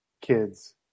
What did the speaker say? kids